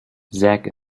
zak